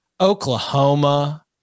Oklahoma